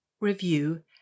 review